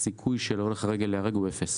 הסיכוי של הולך הרגל להיהרג הוא אפס